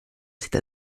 cette